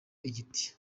igiti